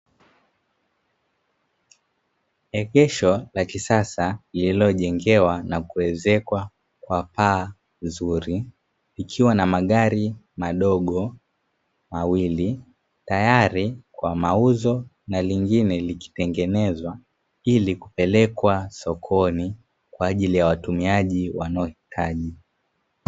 Egesho la kisasa lililojengewa na kuezekwa kwa paa zuri likiwa na magari madogo mawili, tayari kwa mauzo na lingine likitengenezwa ili kupelekwa sokoni kwa ajili ya watumiaji wanaohitaji.